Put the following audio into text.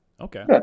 Okay